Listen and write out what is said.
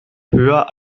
höher